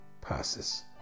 passes